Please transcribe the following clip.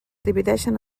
divideixen